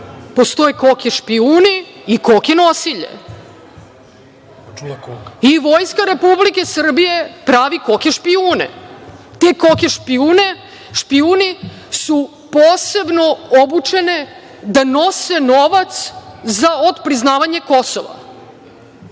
postoje koke špijuni i koke nosilje i Vojska Republike Srbije pravi koke špijune. Te koke špijuni su posebno obučene da nose novac za otpriznavanje Kosova“.